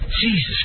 Jesus